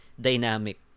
dynamic